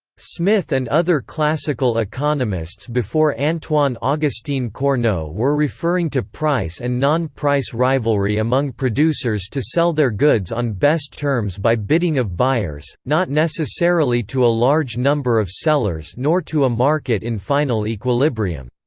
smith and other classical economists before antoine augustine cournot were referring to price and non-price rivalry among producers to sell their goods on best terms by bidding of buyers, not necessarily necessarily to a large number of sellers nor to a market in final equilibrium.